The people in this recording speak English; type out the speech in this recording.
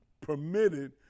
permitted